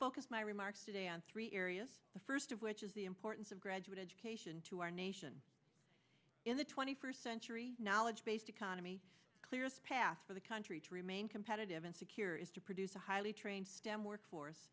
focus my remarks today on three areas the first of which is the importance of graduate education to our nation in the twenty first century knowledge based economy clear a path for the country to remain competitive and secure is to produce a highly trained stem workforce